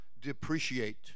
depreciate